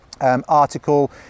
article